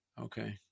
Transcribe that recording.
Okay